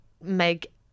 make